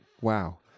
wow